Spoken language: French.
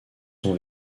son